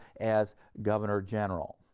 as governor general.